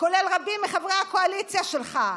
וכולל רבים מחברי הקואליציה שלך.